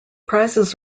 prizes